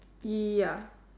ya